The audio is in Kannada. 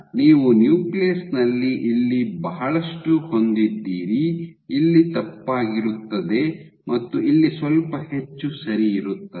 ಆದ್ದರಿಂದ ನೀವು ನ್ಯೂಕ್ಲಿಯಸ್ನಲ್ಲಿ ಇಲ್ಲಿ ಬಹಳಷ್ಟು ಹೊಂದಿದ್ದೀರಿ ಇಲ್ಲಿ ತಪ್ಪಾಗಿರುತ್ತದೆ ಮತ್ತು ಇಲ್ಲಿ ಸ್ವಲ್ಪ ಹೆಚ್ಚು ಸರಿ ಇರುತ್ತದೆ